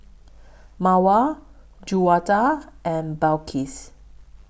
Mawar Juwita and Balqis